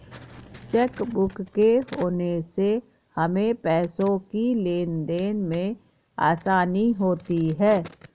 chequebook के होने से हमें पैसों की लेनदेन में आसानी होती हैँ